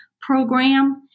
program